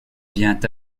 vient